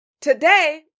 Today